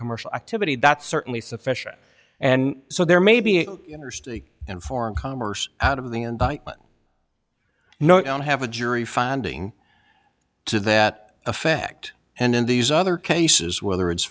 commercial activity that's certainly sufficient and so there may be an interstate and foreign commerce out of the and no i don't have a jury finding to that effect and in these other cases whether it's